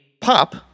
pop